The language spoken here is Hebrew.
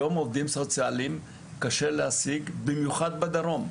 היום עובדים סוציאליים קשה להשיג, במיוחד בדרום.